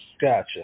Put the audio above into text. Gotcha